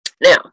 Now